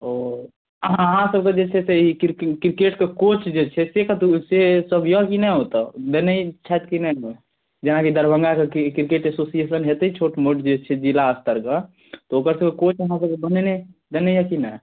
ओ अहाँसबके जे छै ई किरकेटके कोच जे छै से कतऽसँ सेसब अइ कि नहि ओतऽ देने छथि कि नहि जेनाकि दरभङ्गासँ किरकेट एसोसिएशन हेतै छोटमोट जे छै जिला स्तरके ओकर कोच अहाँसबके देने अइ कि नहि